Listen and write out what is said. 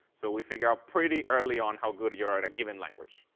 so we figure out pretty early on how good you are at a given language.